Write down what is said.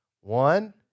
One